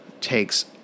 takes